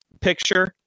picture